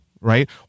right